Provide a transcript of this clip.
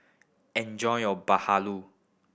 enjoy your bahalu